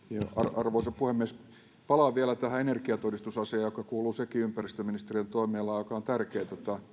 arvoisa puhemies palaan vielä tähän energiatodistusasiaan joka sekin kuuluu ympäristöministeriön toimialaan ja joka on tärkeä